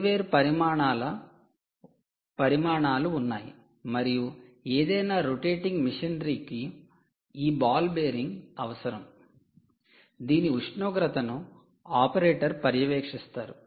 వేర్వేరు పరిమాణాలు ఉన్నాయి మరియు ఏదైనా రొటేటింగ్ మెషినరీ కు ఈ బాల్ బేరింగ్ అవసరం దీని ఉష్ణోగ్రతను ఆపరేటర్ పర్యవేక్షిస్తారు